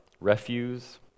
refuse